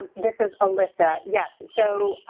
this is alissa. yes. so,